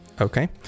Okay